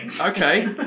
Okay